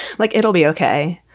like it'll be ok.